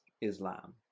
Islam